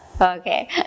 okay